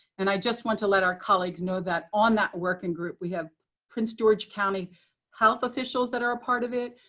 and i just want to let our colleagues know that on that working group, we have prince george county health officials that are a part of it,